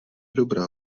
dobrá